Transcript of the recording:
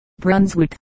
Brunswick